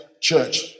church